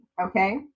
okay